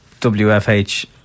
WFH